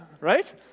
Right